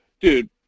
dude